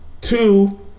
two